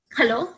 Hello